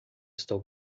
estou